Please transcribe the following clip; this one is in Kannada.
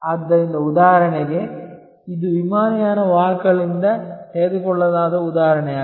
ಆದ್ದರಿಂದ ಉದಾಹರಣೆಗೆ ಇದು ವಿಮಾನಯಾನ ವಾಹಕಗಳಿಂದ ತೆಗೆದುಕೊಳ್ಳಲಾದ ಉದಾಹರಣೆಯಾಗಿದೆ